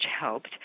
helped